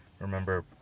remember